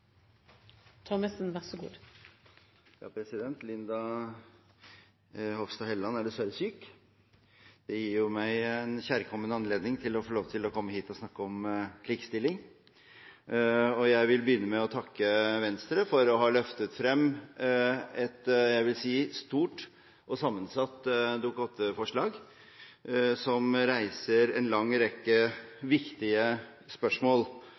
Linda Hofstad Helleland er dessverre syk. Det gir meg en kjærkommen anledning til å få lov til å komme hit og snakke om likestilling. Jeg vil begynne med å takke Venstre for å ha løftet frem et – jeg vil si – stort og sammensatt Dokument 8-forslag, som reiser en lang rekke viktige spørsmål.